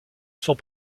sont